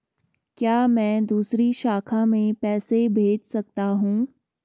क्या मैं दूसरी शाखा में पैसे भेज सकता हूँ?